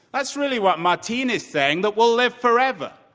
that's really what martine is saying, that we'll live forever,